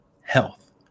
health